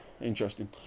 interesting